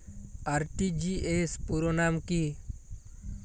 RTGS পুরো নাম কি?